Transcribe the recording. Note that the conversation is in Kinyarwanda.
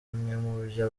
mubyo